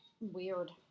Weird